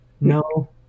No